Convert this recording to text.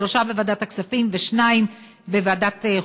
שלושה בוועדת הכספים ושניים בוועדת החוקה,